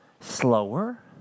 slower